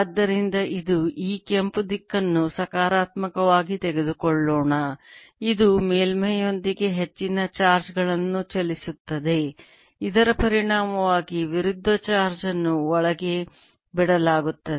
ಆದ್ದರಿಂದ ಇದು ಈ ಕೆಂಪು ದಿಕ್ಕನ್ನು ಸಕಾರಾತ್ಮಕವಾಗಿ ತೆಗೆದುಕೊಳ್ಳೋಣ ಇದು ಮೇಲ್ಮೈಯೊಂದಿಗೆ ಹೆಚ್ಚಿನ ಚಾರ್ಜ್ ಗಳನ್ನು ಚಲಿಸುತ್ತದೆ ಇದರ ಪರಿಣಾಮವಾಗಿ ವಿರುದ್ಧ ಚಾರ್ಜ್ ಅನ್ನು ಒಳಗೆ ಬಿಡಲಾಗುತ್ತದೆ